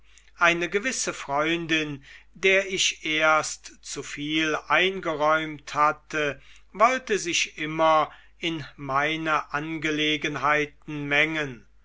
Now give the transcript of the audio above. eine gewisse freundin der ich erst zu viel eingeräumt hatte wollte sich immer in meine angelegenheiten mengen